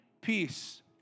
peace